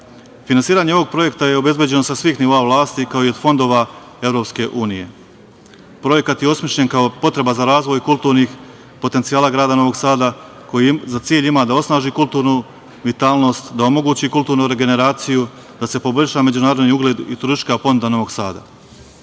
Finansiranje ovog projekta je obezbeđeno sa svih nivoa vlasti, kao i od fondova EU. Projekat je osmišljen kao potreba za razvoj kulturnih potencijala grada Novog Sada koji za cilj ima da osnaži kulturnu vitalnost, da omogući kulturnu regeneraciju, da se poboljša međunarodni ugled i turistička ponuda Novog Sada. Mreža